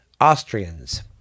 Austrians